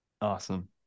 Awesome